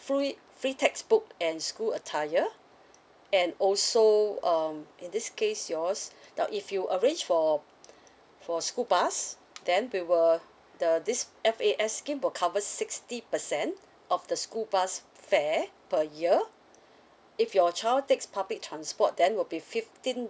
free free textbook and school attire and also um in this case yours now if you arrange for for school bus then we will the this F_A_S scheme will cover sixty percent of the school bus fare per year if your child takes public transport then will be fifteen